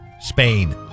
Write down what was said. Spain